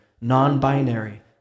non-binary